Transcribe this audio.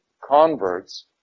converts